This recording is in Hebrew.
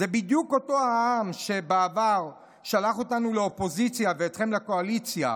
זה בדיוק אותו העם שבעבר שלח אותנו לאופוזיציה ואתכם לקואליציה.